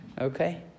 Okay